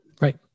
Right